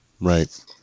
Right